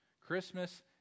Christmas